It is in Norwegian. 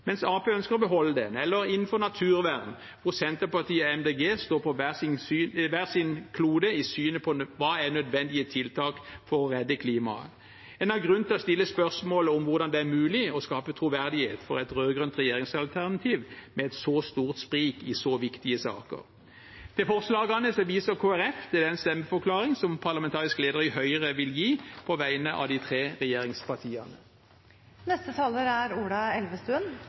mens Arbeiderpartiet ønsker å beholde den, eller innenfor naturvern, hvor Senterpartiet og Miljøpartiet De Grønne står på hver sin klode i synet på hva som er nødvendige tiltak for å redde klimaet. En har grunn til å stille spørsmål ved hvordan det er mulig å skape troverdighet for et rød-grønt regjeringsalternativ med et så stort sprik i så viktige saker. Når det gjelder forslagene, viser Kristelig Folkeparti til den stemmeforklaring som parlamentarisk leder i Høyre vil gi på vegne av de tre regjeringspartiene.